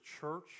church